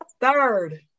Third